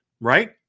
right